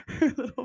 Little